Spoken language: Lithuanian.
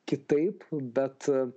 kitaip bet